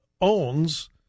owns